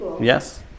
Yes